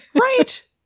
Right